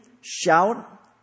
shout